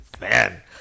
man